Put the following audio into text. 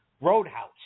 Roadhouse